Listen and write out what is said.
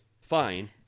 fine